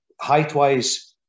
height-wise